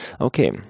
okay